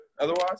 Otherwise